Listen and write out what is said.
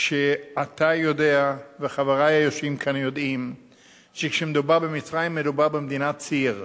שאתה יודע וחברי היושבים כאן יודעים שכשמדובר במצרים מדובר במדינת ציר.